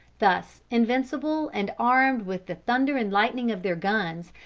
thus invincible and armed with the thunder and lightning of their guns,